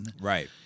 Right